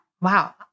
Wow